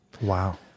wow